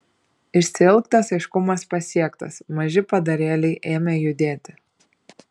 išsiilgtas aiškumas pasiektas maži padarėliai ėmė judėti